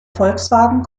volkswagen